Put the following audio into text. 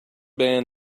banned